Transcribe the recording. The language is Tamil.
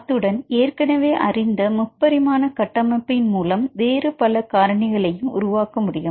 அத்துடன் ஏற்கனவே அறிந்த முப்பரிமாண கட்டமைப்பின் மூலம் வேறு பல காரணிகளையும் உருவாக்க முடியும்